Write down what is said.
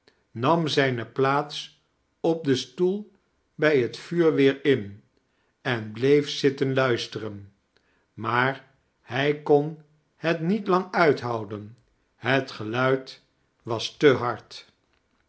nam zijne plaats op den stoel bij het vuur weer in en bleef zitten luisteren maar hij kon het niet long uithouden het geluid was al te hard